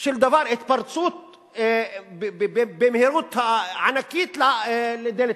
של דבר, התפרצות במהירות ענקית לדלת